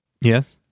Yes